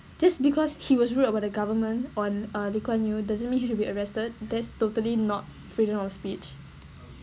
just because he was rude about the government on uh lee kuan yew doesn't mean he should be arrested that's totally not freedom of speech